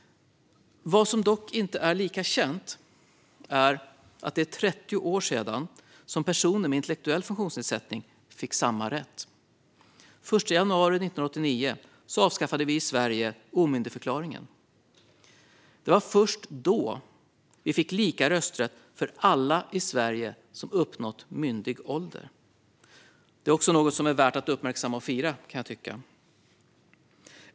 Vad som inte är lika känt är att det är 30 år sedan personer med intellektuell funktionsnedsättning fick samma rätt. Den 1 januari 1989 avskaffade vi omyndigförklaringen i Sverige. Det var först då vi fick lika rösträtt för alla i Sverige som uppnått myndig ålder. Det är också något som är värt att uppmärksamma och fira, kan jag tycka.